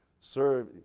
Serve